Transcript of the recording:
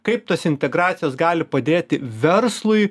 kaip tos integracijos gali padėti verslui